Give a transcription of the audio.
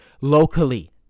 locally